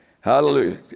Hallelujah